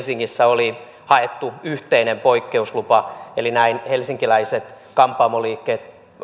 helsingissä oli haettu yhteinen poikkeuslupa eli näin helsinkiläiset kampaamoliikkeet